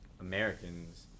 Americans